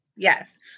Yes